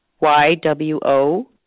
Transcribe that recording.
Y-W-O